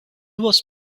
was